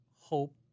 hope